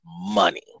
money